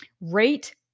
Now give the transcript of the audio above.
rate